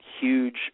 huge